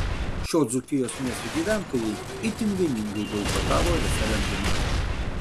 šio dzūkijos miesto gyventojai itin vieningai boikotavo referendumą